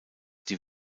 die